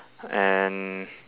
and